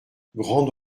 grande